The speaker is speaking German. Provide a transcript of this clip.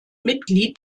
mitglied